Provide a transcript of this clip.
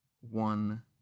one